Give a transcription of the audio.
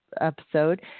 episode